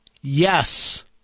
yes